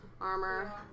armor